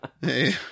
Hey